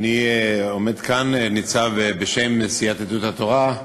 אני עומד כאן, ניצב, בשם סיעת יהדות התורה,